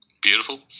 Beautiful